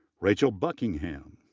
rachel buckingham,